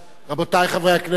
רבותי חברי הכנסת,